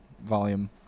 volume